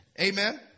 Amen